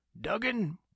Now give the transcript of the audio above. duggan